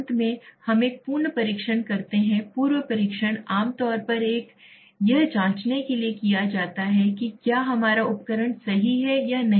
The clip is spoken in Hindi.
अंत में हम एक पूर्व परीक्षण करते हैं पूर्व परीक्षण आमतौर पर यह जांचने के लिए किया जाता है कि क्या हमारा उपकरण सही है या नहीं